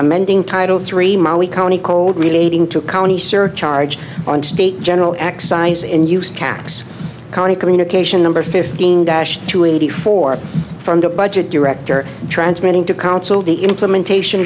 amending title three molly county cold relating to county surcharge on state general excise in use tax county communication number fifteen dash two eighty four from the budget director transmitting to council the implementation